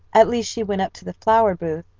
at least she went up to the flower booth,